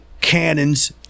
cannons